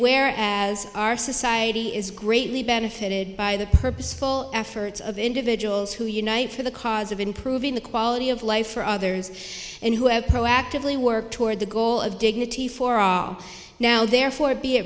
where as our society is greatly benefited by the purposeful efforts of individuals who unite for the cause of improving the quality of life for others and who have proactively work toward the goal of dignity for all now therefore be